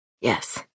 Yes